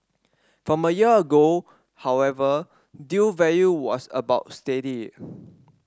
from a year ago however deal value was about steady